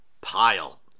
pile